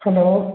hello